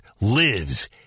lives